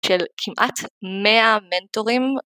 של כמעט מאה מנטורים.